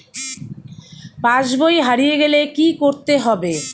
পাশবই হারিয়ে গেলে কি করতে হবে?